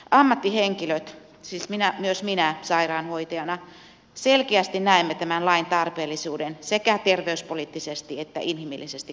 ammattihenkilöt siis myös minä sairaanhoitajana selkeästi näemme tämän lain tarpeellisuuden sekä terveyspoliittisesti että inhimillisesti katsottuna